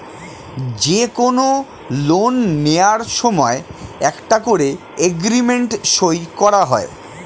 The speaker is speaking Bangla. যে কোনো লোন নেয়ার সময় একটা করে এগ্রিমেন্ট সই করা হয়